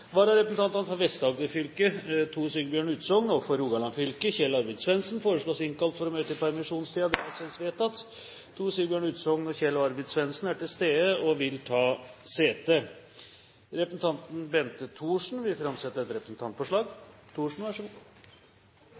innkalles for å møte i permisjonstiden: For Vest-Agder fylke: Tor Sigbjørn Utsogn For Rogaland fylke: Kjell Arvid Svendsen Tor Sigbjørn Utsogn og Kjell Arvid Svendsen er til stede og vil ta sete. Representanten Bente Thorsen vil framsette et representantforslag.